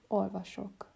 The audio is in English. olvasok